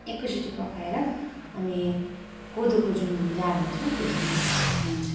एकैचोटि पकाएर अनि कोदोको जुन जाँड हुन्छ त्योसँग खाइन्छ